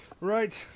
Right